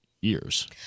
years